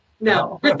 No